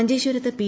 മഞ്ചേശ്വരത്ത് പി